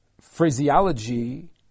phraseology